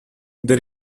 they